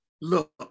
look